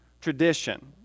tradition